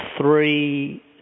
three